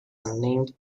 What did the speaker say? unnamed